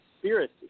conspiracy